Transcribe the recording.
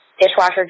Dishwasher